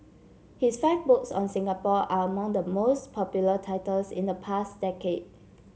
his five books on Singapore are among the most popular titles in the past decade